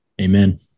Amen